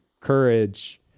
courage